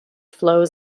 flows